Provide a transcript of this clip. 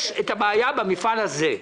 יש את הבעיה במפעל הזה,